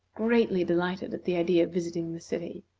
greatly delighted at the idea of visiting the city.